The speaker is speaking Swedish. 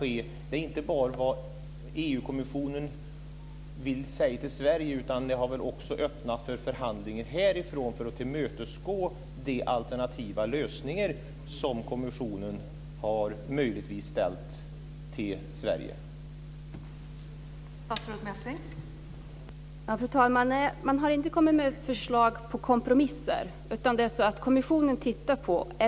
Det handlar inte bara om vad EU kommissionen vill säga till Sverige, utan det öppnar väl också för förhandlingar härifrån för att tillmötesgå de alternativa lösningar som kommissionen möjligtvis har ställt Sverige inför.